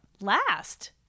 Last